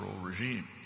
regime